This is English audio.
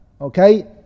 Okay